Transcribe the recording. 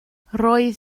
roedd